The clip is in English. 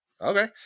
Okay